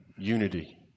unity